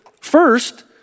first